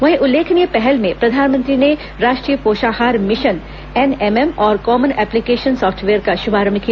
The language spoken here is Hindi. वहीं उल्लेखनीय पहल में प्रधानमंत्री ने राष्ट्रीय पोषाहार मिशन एनएमएम और कॉमन एप्लीकेशन सॉफ्टवेयर का शुभारंभ किया